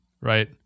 right